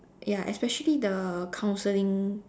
ya especially the counselling